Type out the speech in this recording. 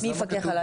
מי יפקח עליי?